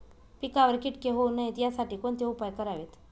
पिकावर किटके होऊ नयेत यासाठी कोणते उपाय करावेत?